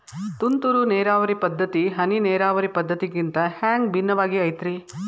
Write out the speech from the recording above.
ತುಂತುರು ನೇರಾವರಿ ಪದ್ಧತಿ, ಹನಿ ನೇರಾವರಿ ಪದ್ಧತಿಗಿಂತ ಹ್ಯಾಂಗ ಭಿನ್ನವಾಗಿ ಐತ್ರಿ?